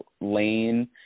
lane